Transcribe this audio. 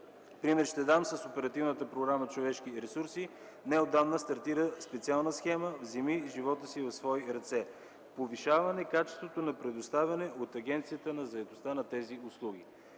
пример с Оперативната програма „Човешки ресурси”. Неотдавна стартира специална схема „Вземи живота си в свои ръце”. Повишаване качеството на предоставяне от Агенцията на заетостта на тези услуги.